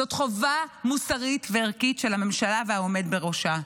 זאת חובה מוסרית וערכית של הממשלה והעומד בראשה.